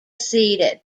seated